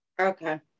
Okay